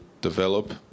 develop